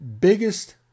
biggest